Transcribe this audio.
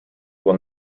will